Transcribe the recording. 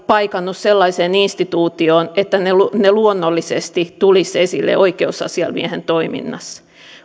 paikannu sellaiseen instituutioon että ne ne luonnollisesti tulisivat esille oikeusasiamiehen toiminnassa